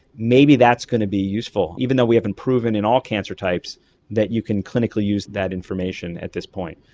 maybe that's going to be useful, even though we haven't proven in all cancer types that you can clinically use that information at this point.